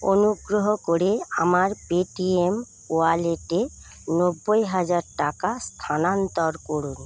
অনুগ্রহ করে আমার পেটিএম ওয়ালেটে নব্বই হাজার টাকা স্থানান্তর করুন